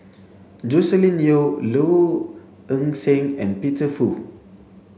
Joscelin Yeo Low Ing Sing and Peter Fu